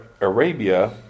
Arabia